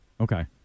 Okay